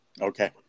Okay